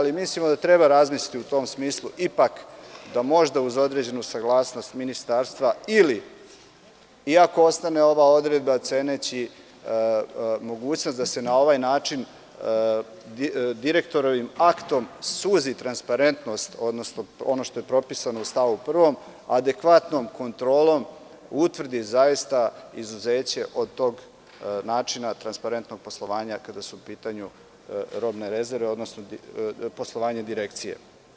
Mislimo da treba razmisliti u tom smislu ipak, da možda uz određenu saglasnost ministarstva ili, iako ostane ova odredba, ceneći mogućnost da se na ovaj način direktorovim aktom suzi transparentnost, odnosno ono što je propisano u stavu 1, adekvatnom kontrolom utvrdi izuzeće od tog načina transparentnog poslovanja kada su u pitanju robne rezerve, odnosno poslovanje direkcije.